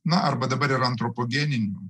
na arba dabar ir antropogeninių